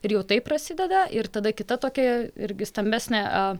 ir jau tai prasideda ir tada kita tokia irgi stambesnė